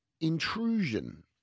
Intrusion